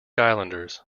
islanders